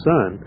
Son